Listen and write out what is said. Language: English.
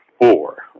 four